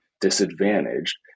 disadvantaged